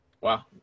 Wow